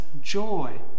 joy